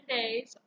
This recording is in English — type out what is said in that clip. Days